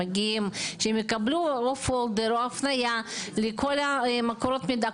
שהם יקבלו הפניה לכל מקורות המידע.